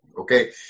okay